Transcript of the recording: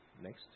Next